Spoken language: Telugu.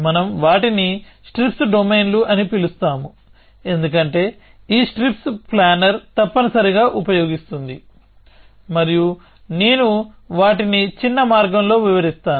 మనం వాటిని స్ట్రిప్స్ డొమైన్లు అని పిలుస్తాము ఎందుకంటే ఈ స్ట్రిప్స్ ప్లానర్ తప్పనిసరిగా ఉపయోగిస్తుంది మరియు నేను వాటిని చిన్న మార్గంలో వివరిస్తాను